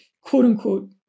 quote-unquote